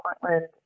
Portland